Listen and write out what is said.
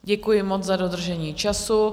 Děkuji moc za dodržení času.